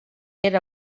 era